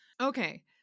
Okay